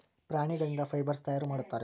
ಪ್ರಾಣಿಗಳಿಂದ ಫೈಬರ್ಸ್ ತಯಾರು ಮಾಡುತ್ತಾರೆ